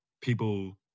people